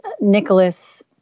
Nicholas